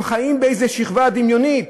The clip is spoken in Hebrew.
הם חיים באיזו שכבה דמיונית.